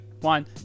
one